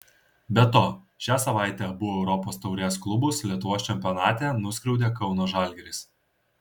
be to šią savaitę abu europos taurės klubus lietuvos čempionate nuskriaudė kauno žalgiris